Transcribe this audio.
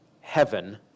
Heaven